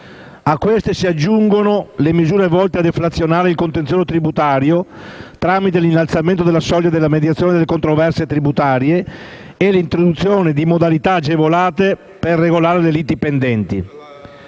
A queste si aggiungono le misure volte a deflazionare il contenzioso tributario, tramite l'innalzamento della soglia della mediazione nelle controversie tributarie e l'introduzione di modalità agevolate per le liti pendenti.